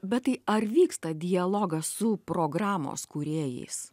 bet tai ar vyksta dialogas su programos kūrėjais